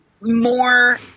more